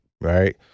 right